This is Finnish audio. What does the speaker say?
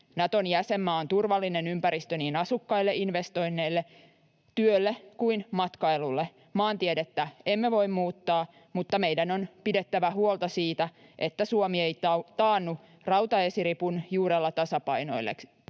Naton jäsenmaa on turvallinen ympäristö niin asukkaille, investoinneille, työlle kuin matkailulle. Maantiedettä emme voi muuttaa, mutta meidän on pidettävä huolta siitä, että Suomi ei taannu rautaesiripun juurella tasapainoilevaksi